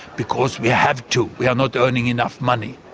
because we have to, we are not earning enough money.